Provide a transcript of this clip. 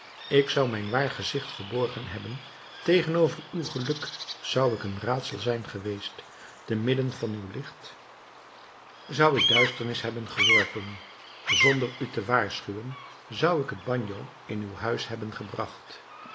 ik zou mijn waar gezicht verborgen hebben tegenover uw geluk zou ik een raadsel zijn geweest te midden van uw licht zou ik duisternis hebben geworpen zonder u te waarschuwen zou ik het bagno in uw huis hebben gebracht